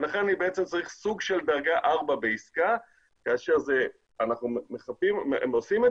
לכן אני צריך סוג של דרגה 4 בעסקה כאשר אנחנו עושים את